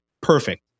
Perfect